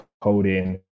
coding